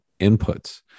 inputs